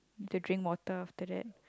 to drink water after that